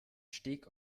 steg